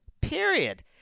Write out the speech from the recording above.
period